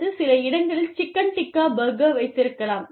அல்லது சில இடங்களில் சிக்கன் டிக்கா பர்கர் வைத்திருக்கலாம்